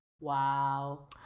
Wow